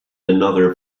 another